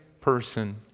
person